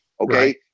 Okay